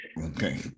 Okay